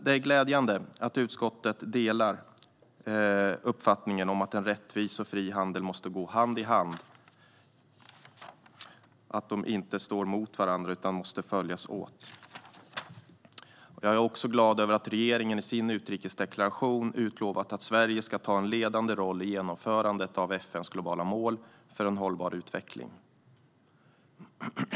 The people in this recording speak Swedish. Det är glädjande att utskottet delar uppfattningen att en rättvis och en fri handel inte står mot varandra utan måste gå hand i hand och följas åt. Jag är också glad över att regeringen i sin utrikesdeklaration utlovat att Sverige ska ta en ledande roll i genomförandet av FN:s globala mål för en hållbar utveckling.